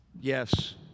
Yes